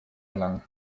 erlangen